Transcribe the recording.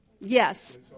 Yes